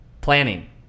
Planning